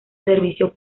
servicio